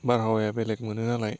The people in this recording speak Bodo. बारहावाया बेलेग मोनो नालाय